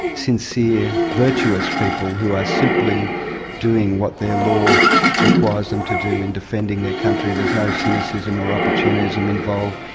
sincere, virtuous people who are simply doing what their law requires them to do in defending their country. there's no cynicism or opportunism involved,